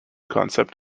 concept